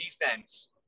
defense